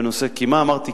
בנושא קימה אמרתי,